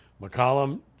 McCollum